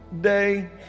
day